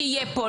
שיהיה פה.